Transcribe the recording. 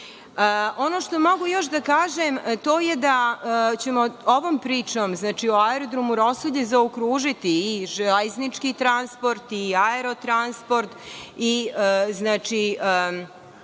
SNS.Ono što mogu još da kažem, to je da ćemo ovom pričom o Aerodromu „Rosulje“ zaokružiti i železnički transport i aerotransport i putni